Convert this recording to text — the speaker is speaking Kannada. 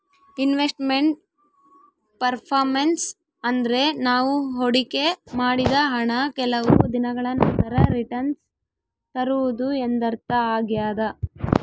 ಇನ್ವೆಸ್ಟ್ ಮೆಂಟ್ ಪರ್ಪರ್ಮೆನ್ಸ್ ಅಂದ್ರೆ ನಾವು ಹೊಡಿಕೆ ಮಾಡಿದ ಹಣ ಕೆಲವು ದಿನಗಳ ನಂತರ ರಿಟನ್ಸ್ ತರುವುದು ಎಂದರ್ಥ ಆಗ್ಯಾದ